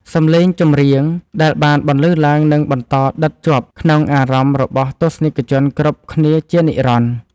សម្លេងចម្រៀងដែលបានបន្លឺឡើងនឹងបន្តដិតជាប់ក្នុងអារម្មណ៍របស់ទស្សនិកជនគ្រប់គ្នាជានិរន្តរ៍។